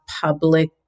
public